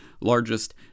largest